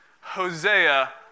Hosea